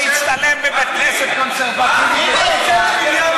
הוא הצטלם בבית-כנסת קונסרבטיבי בשבת.